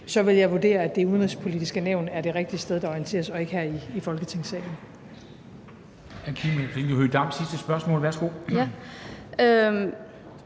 vil jeg vurdere, at Det Udenrigspolitiske Nævn er det rigtige sted, der orienteres, og ikke her i Folketingssalen.